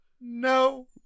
no